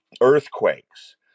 earthquakes